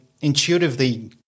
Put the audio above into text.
intuitively